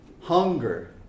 hunger